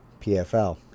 PFL